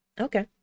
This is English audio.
Okay